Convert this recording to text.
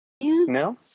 No